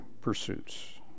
pursuits